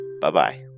Bye-bye